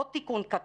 עוד תיקון קטן,